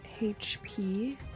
HP